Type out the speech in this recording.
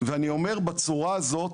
ואני אומר בצורה הזאת,